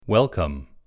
Welcome